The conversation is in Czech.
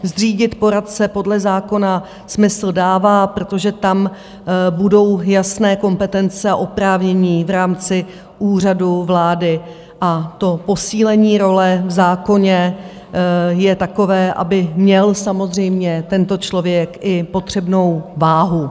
Zřídit poradce podle zákona smysl dává, protože tam budou jasné kompetence a oprávnění v rámci Úřadu vlády, a to posílení role v zákoně je takové, aby měl samozřejmě tento člověk i potřebnou váhu.